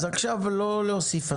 אז עכשיו לא להוסיף התניות של בירוקרטיה.